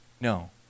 No